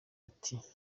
ati